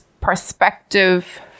perspective